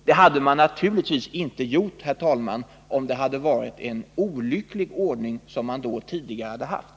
Det hade naturligtvis inte skett, om det hade varit en olycklig ordning som man tidigare hade haft.